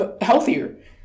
healthier